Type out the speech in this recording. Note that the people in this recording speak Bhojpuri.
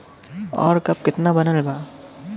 और अब कितना बनल बा?